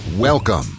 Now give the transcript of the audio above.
Welcome